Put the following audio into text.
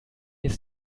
ist